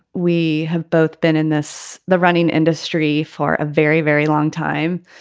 we have both been in this the running industry for a very, very long time.